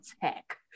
tech